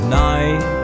night